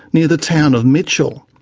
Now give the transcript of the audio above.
near the town of mitchell.